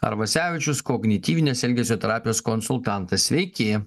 arvasevičius kognityvinės elgesio terapijos konsultantas sveiki